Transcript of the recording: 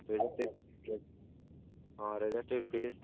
ହଁ register fees